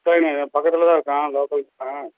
சரிங்க இங்கே பக்கத்தில் தான் இருக்கோம் லோக்கல்ஸ் தான்